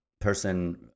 person